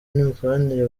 n’imikoranire